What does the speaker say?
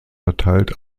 verteilt